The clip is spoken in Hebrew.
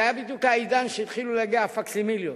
זה היה בדיוק העידן שהתחילו להגיע הפקסימיליות.